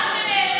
לאן זה נעלם?